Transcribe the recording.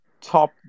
top